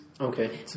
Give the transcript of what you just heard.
Okay